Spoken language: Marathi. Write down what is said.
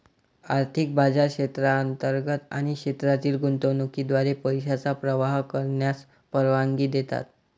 आर्थिक बाजार क्षेत्रांतर्गत आणि क्षेत्रातील गुंतवणुकीद्वारे पैशांचा प्रवाह करण्यास परवानगी देतात